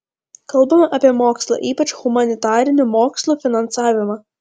kalbame apie mokslą ypač humanitarinių mokslų finansavimą